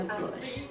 push